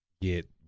get